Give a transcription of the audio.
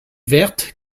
verte